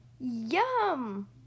Yum